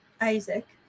isaac